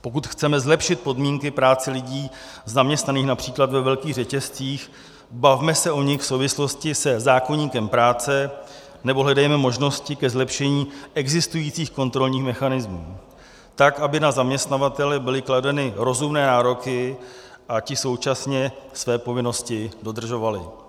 Pokud chceme zlepšit podmínky práce lidí zaměstnaných například ve velkých řetězcích, bavme se o nich v souvislosti se zákoníkem práce nebo hledejme možnosti ke zlepšení existujících kontrolních mechanismů tak, aby na zaměstnavatele byly kladeny rozumné nároky a ti současně své povinnosti dodržovali.